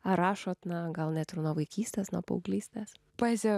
ar rašote na gal net ir nuo vaikystės nuo paauglystės poezija